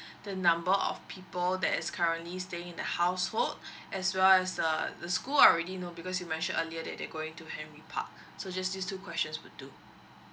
the number of people that is currently staying in the household as well as the the school already know because you mentioned earlier that they going to henry park so just these two questions will do